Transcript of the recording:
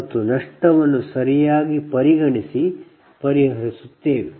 ಆಮೇಲೆ ನಷ್ಟವನ್ನು ಸರಿಯಾಗಿ ಪರಿಗಣಿಸಿ ಪರಿಹರಿಸುತ್ತೇವೆ